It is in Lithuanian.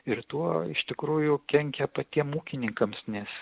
ir tuo iš tikrųjų kenkia patiem ūkininkams nes